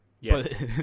yes